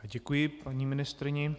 Děkuji paní ministryni.